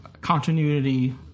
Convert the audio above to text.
continuity